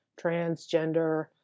transgender